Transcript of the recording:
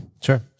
Sure